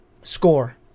score